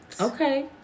Okay